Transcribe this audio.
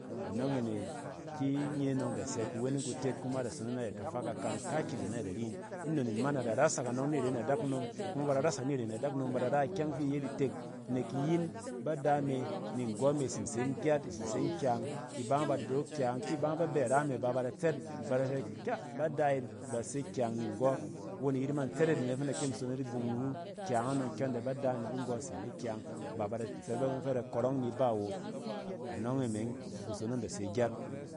Anↄng e ne ki nye nↄng da sɛ kuweneng kutek kuma da sonong yin nayɛt kafa kakan kaakyizen nayɛt ari yin, nnon nin ma na da rasak anↄng ni ren adakunom kuma ba da rasak niren adakunom ba da ra ikyɛng fi iyet itek nek iyin ba da me ni nggↄ me itsin se yin gyat itsin sen kyang. Iba ma bada dorok kyang, ki iba ma ba bɛ ira me ba, bada tsɛt ba da fɛ ka! Ba da yit base kyang ni nggↄ, won iyit ma in tsɛt yit anet ↄng fi in da kyem in sonong yit gang niwu kyang anↄng kyↄn dɛ ba da nɛ bin nggↄ se ne kyang. Ba ba da se bayↄng fɛ bada kↄrↄng ni sew o. Anↄng e meng kusonong da se gyat.